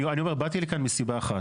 אני אומר, באתי לכן מסיבה אחת.